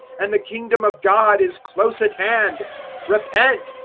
and the kingdom of god is close at hand repent,